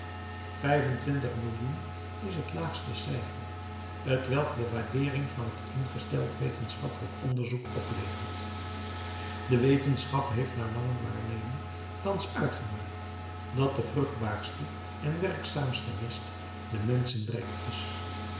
vijf-en-twintig millioen is het laagste cijfer t welk de waardeering van het ingesteld wetenschappelijk onderzoek oplevert de wetenschap heeft na lange waarneming thans uitgemaakt dat de vruchtbaarste en werkzaamste mest de menschendrek is